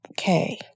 okay